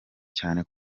cyane